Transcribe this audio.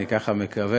אני ככה מקווה.